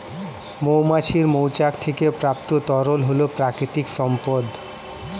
মৌমাছির মৌচাক থেকে প্রাপ্ত তরল হল প্রাকৃতিক সম্পদ